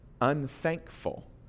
unthankful